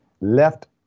left